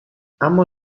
اما